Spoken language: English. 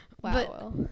Wow